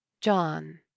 John